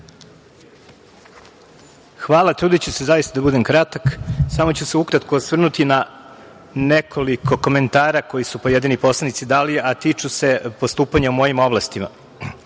Hvala. Trudiću se zaista da budem kratak, samo ću se ukratko osvrnuti na nekoliko komentara koji su pojedini poslanici dali, a tiču se postupanja u mojim oblastima. Gospodin